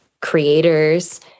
creators